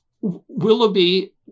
Willoughby